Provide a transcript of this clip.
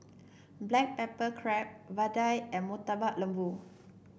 Black Pepper Crab vadai and Murtabak Lembu